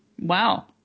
wow